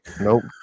Nope